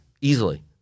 Easily